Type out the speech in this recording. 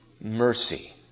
mercy